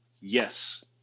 Yes